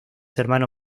hermano